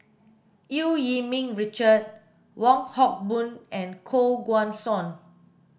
Eu Yee Ming Richard Wong Hock Boon and Koh Guan Song